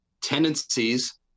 tendencies